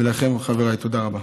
ולכם, חבריי, תודה רבה.